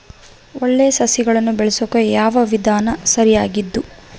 ಒಳ್ಳೆ ಸಸಿಗಳನ್ನು ಬೆಳೆಸೊಕೆ ಯಾವ ವಿಧಾನ ಸರಿಯಾಗಿದ್ದು?